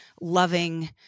Loving